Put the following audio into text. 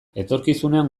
etorkizunean